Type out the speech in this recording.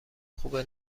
خوبه